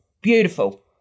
Beautiful